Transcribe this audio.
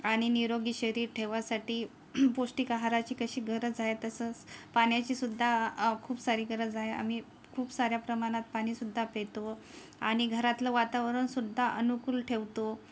आणि निरोगी शरीर ठेवासाठी पौष्टिक आहाराची कशी गरज हाय तसंच पाण्याचीसुद्धा खूप सारी गरज आहे आम्ही खूप साऱ्या प्रमाणात पाणीसुद्धा पितो आणि घरातलं वातावरणसुद्धा अनुकूल ठेवतो